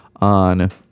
on